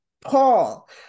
Paul